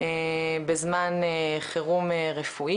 בזמן חירום רפואי.